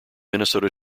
minnesota